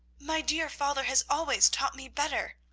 my dear father has always taught me better.